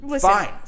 fine